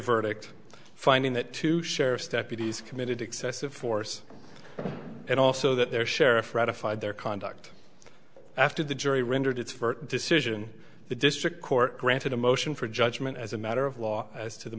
verdict finding that two sheriff's deputies committed excessive force and also that their sheriff ratified their conduct after the jury rendered its virt decision the district court granted a motion for judgment as a matter of law as to the